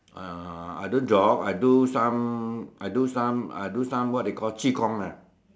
uh I don't jog I do some I do some I do some what you call qi-gong ah